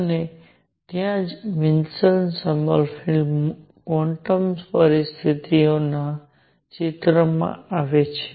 અને ત્યાં જ વિલ્સન સોમરફેલ્ડ ક્વોન્ટમ પરિસ્થિતિઓ ચિત્રમાં આવે છે